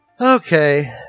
Okay